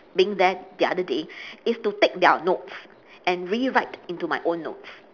being there the other day is to take their notes and rewrite into my own notes